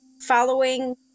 following